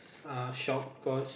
uh shock cause